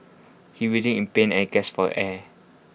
he writhed in pain and gasped for air